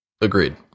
Agreed